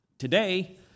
Today